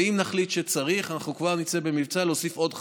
ואם נחליט שצריך אנחנו כבר נצא במבצע להוסיף עוד 500,